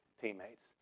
teammates